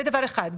זה דבר אחד.